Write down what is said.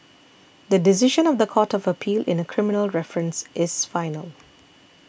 the decision of the Court of Appeal in a criminal reference is final